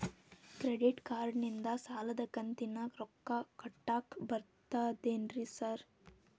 Credit ಕಾರ್ಡನಿಂದ ಸಾಲದ ಕಂತಿನ ರೊಕ್ಕಾ ಕಟ್ಟಾಕ್ ಬರ್ತಾದೇನ್ರಿ ಸಾರ್?